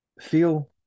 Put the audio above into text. feel